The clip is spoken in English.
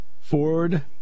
Ford